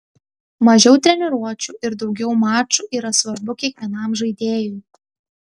mažiau treniruočių ir daugiau mačų yra svarbu kiekvienam žaidėjui